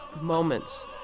moments